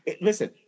Listen